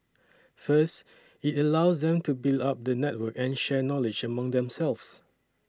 first it allows them to build up the network and share knowledge amongst themselves